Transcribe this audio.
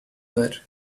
that